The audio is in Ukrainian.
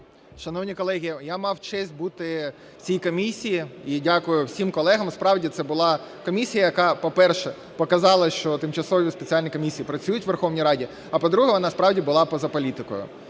Шановні колеги, я мав честь бути в цій комісії і дякую всім колегам. Справді, це була комісія, яка, по-перше, показала, що тимчасові спеціальні комісії працюють у Верховній Раді, а, по-друге, вона справді була поза політикою.